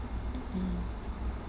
mm